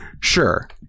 sure